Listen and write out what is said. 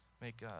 make